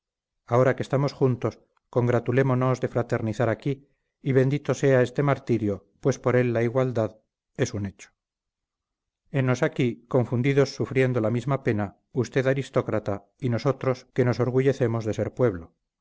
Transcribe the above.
ahora que estamos juntos congratulémonos de fraternizar aquí y bendito sea este martirio pues por él la igualdad es un hecho henos aquí confundidos sufriendo la misma pena usted aristócrata y nosotros que nos orgullecemos de ser pueblo